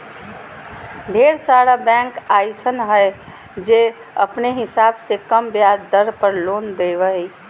ढेर सारा बैंक अइसन हय जे अपने हिसाब से कम ब्याज दर पर लोन देबो हय